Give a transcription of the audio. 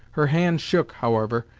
her hand shook, however,